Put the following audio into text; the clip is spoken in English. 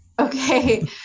Okay